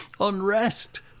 unrest